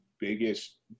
biggest